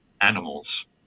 animals